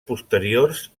posteriors